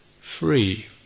free